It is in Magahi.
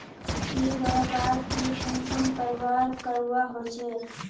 ई व्यापार की कुंसम करवार करवा होचे?